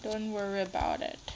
don't worry about it